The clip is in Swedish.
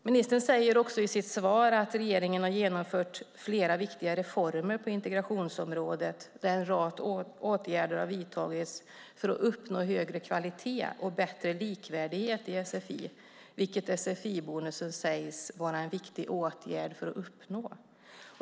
Minister säger också i sitt svar att regeringen har genomfört flera viktiga reformer på integrationsområdet där en rad åtgärder har vidtagits för att uppnå högre kvalitet och bättre likvärdighet i sfi, vilket sfi-bonusen sägs vara en viktig åtgärd för att uppnå.